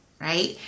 right